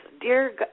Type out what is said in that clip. Dear